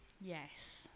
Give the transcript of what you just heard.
Yes